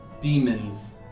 demons